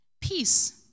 Peace